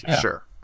sure